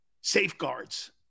safeguards